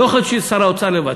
לא יכול להשאיר את שר האוצר לבד.